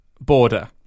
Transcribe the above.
border